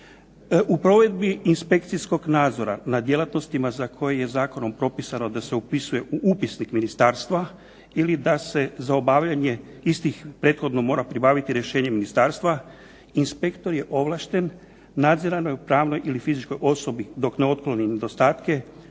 u provedbi inspekcijskog nadzora nad djelatnostima za koji je zakonom propisanom da se upisuje u upisnik ministarstva ili da se za obavljanje istih, prethodno mora pribaviti rješenje ministarstva, inspektor je ovlašten nadziranoj pravnoj ili fizičkoj osobi dok ne otkloni nedostatke